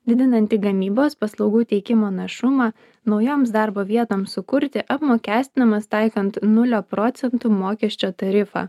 didinantį gamybos paslaugų teikimo našumą naujoms darbo vietoms sukurti apmokestinamas taikant nulio procentų mokesčio tarifą